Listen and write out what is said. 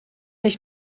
ich